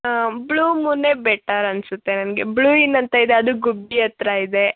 ಹಾಂ ಬ್ಲೂ ಮೂನೇ ಬೆಟರ್ ಅನಿಸುತ್ತೆ ನನಗೆ ಬ್ಲೂ ಇನ್ ಅಂತ ಇದೆ ಅದು ಗುಬ್ಬಿ ಹತ್ರ ಇದೆ